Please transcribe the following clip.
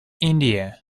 india